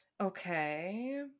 okay